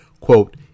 quote